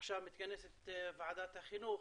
עכשיו מתכנסת ועדת החינוך.